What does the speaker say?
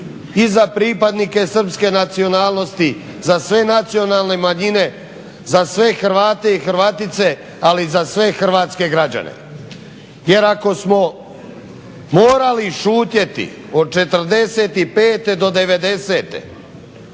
i za pripadnike srpske nacionalnosti, za sve nacionalne manjine, za sve Hrvate i Hrvatice, ali i za sve hrvatske građane. Jer ako smo morali šutjeti od '45. do '90.